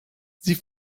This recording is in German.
sie